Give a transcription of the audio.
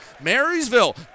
Marysville